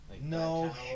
No